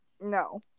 No